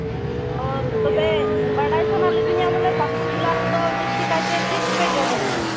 ᱚ ᱛᱚᱵᱮ ᱵᱟᱰᱟᱭ ᱥᱟᱱᱟ ᱞᱤᱫᱤᱧᱟ ᱵᱚᱞᱮ ᱯᱟᱹᱠᱩᱲ ᱡᱮᱞᱟ ᱨᱮᱫᱚ ᱡᱟᱹᱥᱛᱤ ᱠᱟᱭᱛᱮ ᱪᱮᱫ ᱠᱚᱯᱮ ᱡᱚᱢ ᱧᱩᱭᱟ